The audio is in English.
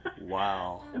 Wow